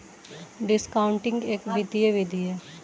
discounting एक वित्तीय विधि है